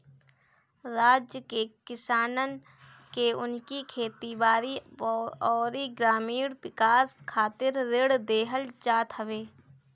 राज्य के किसानन के उनकी खेती बारी अउरी ग्रामीण विकास खातिर ऋण देहल जात हवे